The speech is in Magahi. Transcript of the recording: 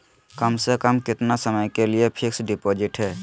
कम से कम कितना समय के लिए फिक्स डिपोजिट है?